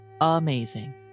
amazing